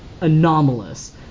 anomalous